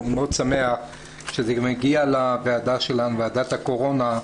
אני מאוד שמח שזה הגיע לוועדה שלנו, ועדת הקורונה,